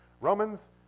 Romans